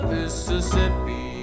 Mississippi